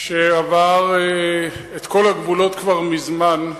שעבר את כל הגבולות כבר מזמן,